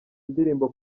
indirimbo